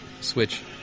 switch